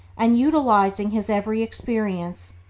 and utilizing his every experience,